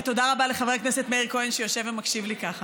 ותודה רבה לחבר הכנסת מאיר כהן שיושב ומקשיב לי ככה,